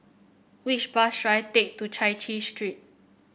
which bus should I take to Chai Chee Street